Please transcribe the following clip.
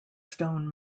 stone